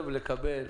לקבל